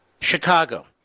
Chicago